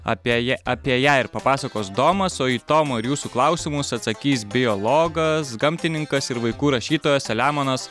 apie ją apie ją ir papasakos domas o į tomo ir jūsų klausimus atsakys biologas gamtininkas ir vaikų rašytojas selemonas